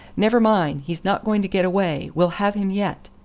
never mind, he's not going to get away. we'll have him yet.